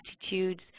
attitudes